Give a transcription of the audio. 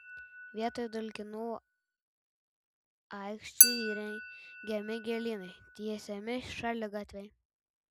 vietoj dulkinų aikščių įrengiami gėlynai tiesiami šaligatviai